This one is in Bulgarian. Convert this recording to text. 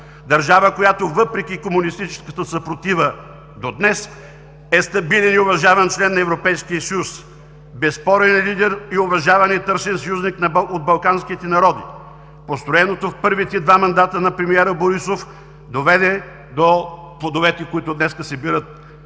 държава, която въпреки комунистическата съпротива до днес, е стабилен и уважаван член на Европейския съюз, безспорен лидер, уважаван и търсен съюзник от балканските народи. Построеното в първите два мандата на премиера Борисов доведе до плодовете, които днес се събират.